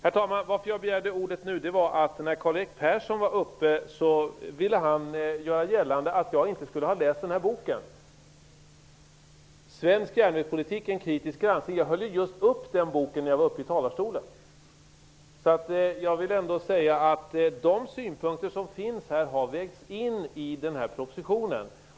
Herr talman! Jag begärde ordet därför att Karl Erik Persson ville göra gällande att jag inte skulle ha läst boken Svensk järnvägspolitik, en kritisk granskning. Jag höll just upp den boken när jag stod i talarstolen. De synpunkter som finns där har vägts in i propositionen.